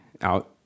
out